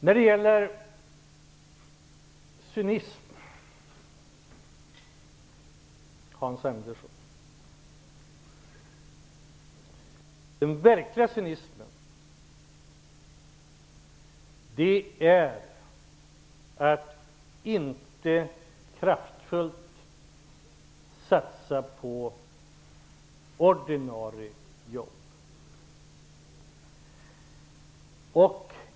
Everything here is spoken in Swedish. Hans Andersson talar om cynism. Den verkliga cynismen är att inte kraftfullt satsa på ordinarie jobb.